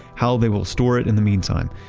how they will store it in the meantime,